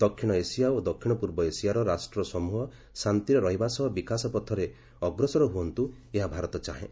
ଦକ୍ଷିଣ ଏସିଆ ଓ ଦକ୍ଷିଣ ପୂର୍ବ ଏସିଆର ରାଷ୍ଟ୍ ସମ୍ବହ ଶାନ୍ତିରେ ରହିବା ସହ ବିକାଶପଥରେ ଅଗ୍ରସର ହୁଅନ୍ତୁ ଏହା ଭାରତ ଚାହେଁ